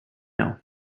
know